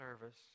service